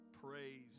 praise